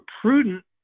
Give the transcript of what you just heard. prudent